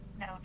No